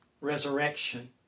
resurrection